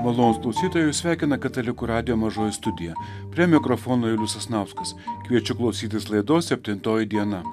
malonius kalusytojus sveikina katalikų radijo mažoji studija prie mikrofono julius sasnauskas kviečiu klausytis laidos septintoji diena